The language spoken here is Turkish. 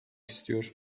istiyor